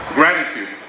gratitude